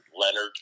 Leonard